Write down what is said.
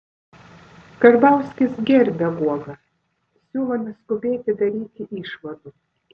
karbauskis gerbia guogą siūlo neskubėti daryti išvadų